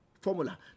formula